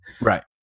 Right